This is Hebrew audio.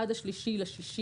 עד ה-3 ביוני,